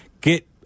get